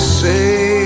say